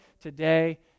today